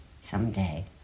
Someday